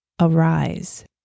arise